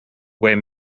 where